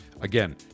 Again